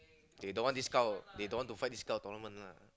they don't want this kind of they don't want to fight this kind of tournament lah